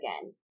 again